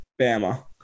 Bama